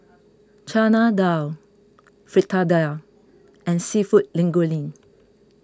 Chana Dal Fritada and Seafood